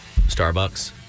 Starbucks